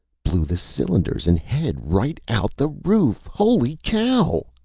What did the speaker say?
blew the cylinders and head right out the roof. holy cow!